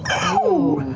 oh!